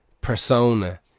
persona